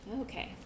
Okay